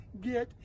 get